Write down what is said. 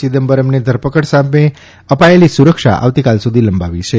ચિદમ્બરમને ધરપકડ સામે અપાયેલી સુરક્ષા આવતીકાલ સુધી લંબાવી છે